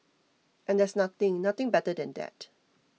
and there's nothing nothing better than that